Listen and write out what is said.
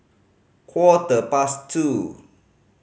quarter past two